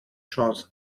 chance